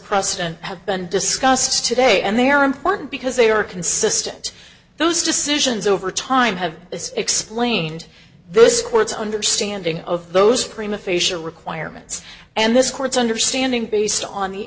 precedent have been discussed today and they are important because they are consistent those decisions over time have explained this court's understanding of those prima facia requirements and this court's understanding based on the